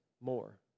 more